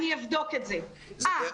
אני אבדוק את זה; אה,